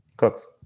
Cooks